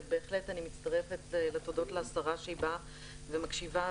ובהחלט אני מצטרפת לתודות לשרה שהיא באה ומקשיבה,